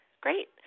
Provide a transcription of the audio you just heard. Great